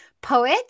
poet